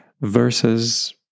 versus